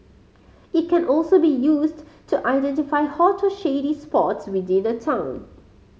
it can also be used to identify hot or shady spots within a town